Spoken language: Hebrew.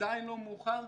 עדיין לא מאוחר,